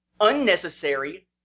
unnecessary